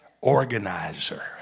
organizer